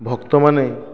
ଭକ୍ତମାନେ